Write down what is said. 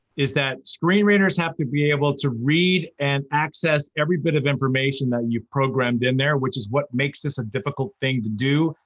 is that screen readers have to be able to read and access every bit of information that you've programmed in there, which is what makes this a difficult thing to do,